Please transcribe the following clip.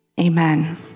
amen